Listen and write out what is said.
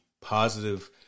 positive